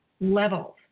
levels